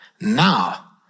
Now